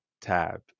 tab